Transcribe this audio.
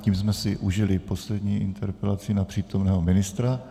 Tím jsme si užili poslední interpelaci na přítomného ministra.